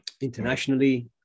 internationally